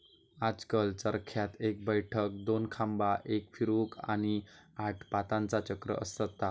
आजकल चरख्यात एक बैठक, दोन खांबा, एक फिरवूक, आणि आठ पातांचा चक्र असता